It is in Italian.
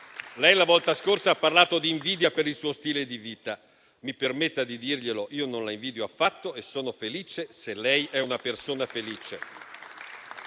la volta scorsa ha parlato di invidia per il suo stile di vita. Mi permetta di dirle che io non la invidio affatto e sono felice se lei è una persona felice.